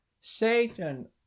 Satan